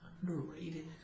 Underrated